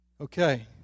Okay